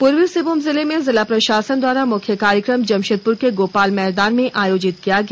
पूर्वी सिंहभूम जिले में जिला प्रशासन द्वारा मुख्य कार्यक्रम जमशेदपुर के गोपाल मैदान में आयोजित किया गया